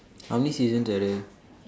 how many seasons are there